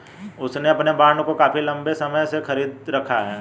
उसने अपने बॉन्ड को काफी लंबे समय से खरीद रखा है